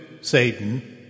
Satan